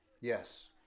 Yes